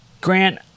Grant